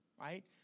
right